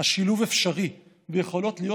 השילוב אפשרי, ויכולות להיות